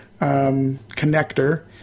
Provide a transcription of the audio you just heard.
connector